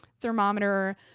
thermometer